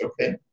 okay